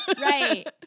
Right